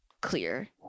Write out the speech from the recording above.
clear